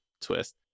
twist